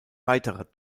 weiterer